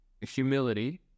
humility